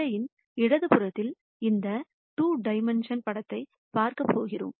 திரையின் இடது புறத்தில் இந்த 2 டைமென்ஷன் படத்தைப் பார்க்கப் போகிறோம்